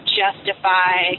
justify